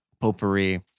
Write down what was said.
Potpourri